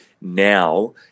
now